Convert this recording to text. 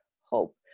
hope